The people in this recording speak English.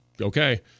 okay